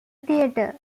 theater